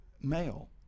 male